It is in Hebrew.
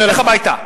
לך הביתה.